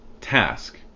task